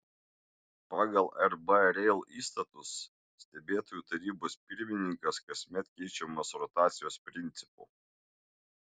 pagal rb rail įstatus stebėtojų tarybos pirmininkas kasmet keičiamas rotacijos principu